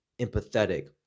empathetic